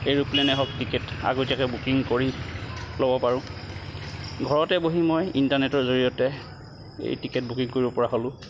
এৰোপ্লেনেই হওক আগতীয়াকৈ ticket booking কৰি ল'ব পাৰোঁ ঘৰতে বহি মই ইণ্টাৰনেটৰ জৰিয়তে এই টিকেট বুকিং কৰিব পৰা হ'লোঁ